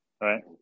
Right